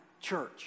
church